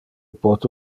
pote